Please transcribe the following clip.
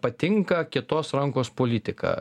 patinka kietos rankos politika